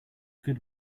good